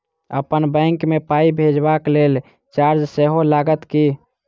अप्पन बैंक मे पाई भेजबाक लेल चार्ज सेहो लागत की?